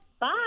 Bye